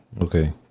Okay